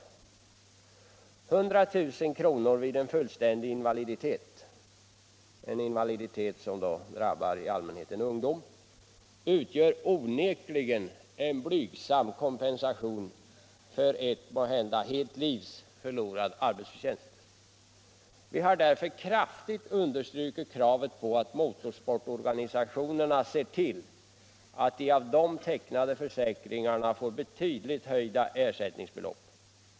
100 000 vid fullständig invaliditet — en invaliditet som i allmänhet drabbar ungdomar — utgör onekligen en blygsam kompensation för förlorad arbetsförtjänst under måhända ett helt liv. Vi har därför kraftigt understrukit kravet på att motororganisationerna ser till att de av dem tecknade försäkringarna får betydligt höjda ersättningsbelopp.